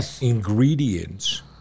ingredients